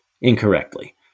incorrectly